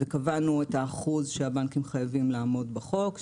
וקבענו את האחוז שהבנקים חייבים לעמוד בחוק,